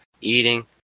eating